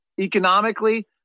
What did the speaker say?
economically